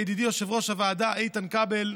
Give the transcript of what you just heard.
לידידי יושב-ראש הוועדה איתן כבל,